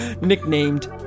Nicknamed